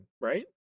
right